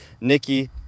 Nikki